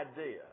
idea